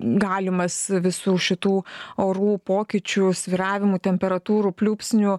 galimas visų šitų orų pokyčių svyravimų temperatūrų pliūpsnių